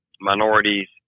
minorities